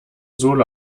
sohle